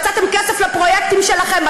מצאתם כסף לפרויקטים שלכם,